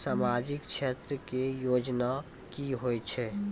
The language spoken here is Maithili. समाजिक क्षेत्र के योजना की होय छै?